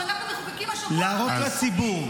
אם אנחנו מחוקקים השבוע ארבעים חוקים,